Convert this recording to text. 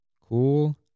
Cool